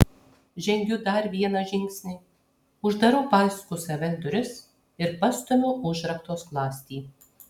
žengiu dar vieną žingsnį uždarau paskui save duris ir pastumiu užrakto skląstį